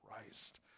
Christ